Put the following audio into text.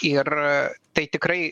ir tai tikrai